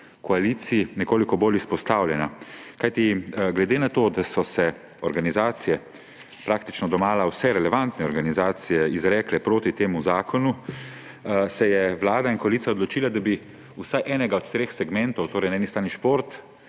koaliciji, nekoliko bolj izpostavljana. Kajti glede na to, da so se praktično domala vse relevantne organizacije izrekle proti temu zakonu, se je Vlada in koalicija odločila, da bi vsaj enega od treh segmentov, torej na eni strani šport,